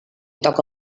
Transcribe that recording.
toca